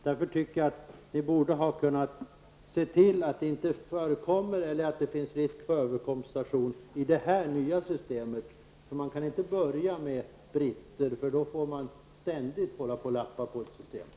Jag tycker därför att vi borde ha kunnat se till att det i detta nya system inte förekommer -- eller finns risk för -- överkompensation. Man kan inte börja med brister. Då får man ständigt hålla på och lappa på systemet.